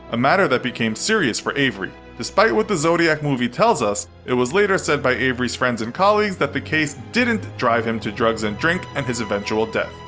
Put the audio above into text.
a matter that became serious for avery. despite what the zodiac movie tells us, it was later said by avery's friends and colleagues that the case didn't drive him to drugs and drink and his eventual death.